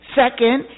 second